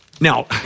now